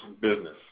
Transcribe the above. business